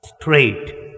straight